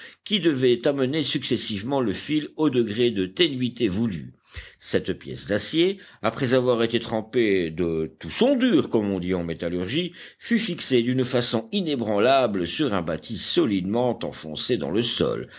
qui devaient amener successivement le fil au degré de ténuité voulue cette pièce d'acier après avoir été trempée de tout son dur comme on dit en métallurgie fut fixée d'une façon inébranlable sur un bâtis solidement enfoncé dans le sol